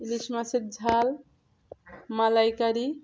ইলিশ মাছের ঝাল মালাইকারি